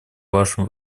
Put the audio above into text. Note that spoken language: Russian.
вашем